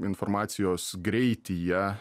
informacijos greityje